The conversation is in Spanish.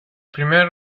primer